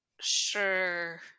sure